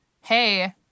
Hey